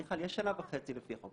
מיכל, יש שנה וחצי לפי החוק.